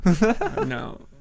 No